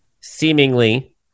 Seemingly